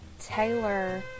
Taylor